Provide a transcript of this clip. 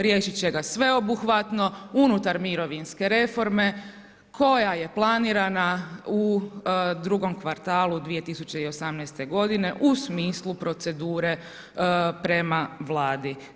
Riješit će ga sveobuhvatno unutar mirovinske reforme koja je planirana u drugom kvartalu 2018. godine u smislu procedure prema Vlade.